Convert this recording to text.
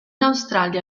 australia